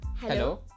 hello